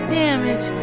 damage